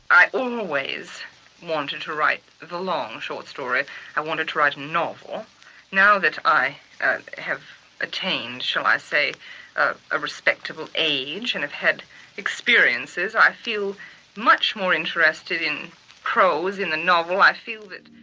i always wanted to write a long short story i wanted to write a novel now that i and have a change shall i say a a respectable age and have had experiences i feel much more interested in prose in the novel i feel that